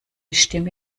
stimme